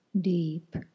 deep